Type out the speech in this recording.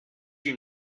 you